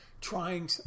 Trying